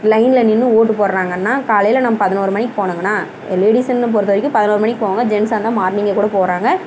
லைனில் நின்று ஓட்டு போடுகிறாங்கன்னா காலையில் நம் பதினோரு மணிக்கு போனாங்கன்னா லேடீஸுன்னு பொறுத்த வரைக்கும் பதினோரு மணிக்கு போவாங்க ஜென்ஸாருந்தா மார்னிங்கே கூட போகிறாங்க